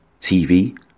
TV